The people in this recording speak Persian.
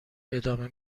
ادامه